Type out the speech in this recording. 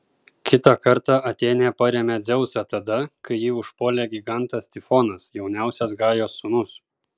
kitą kartą atėnė parėmė dzeusą tada kai jį užpuolė gigantas tifonas jauniausias gajos sūnus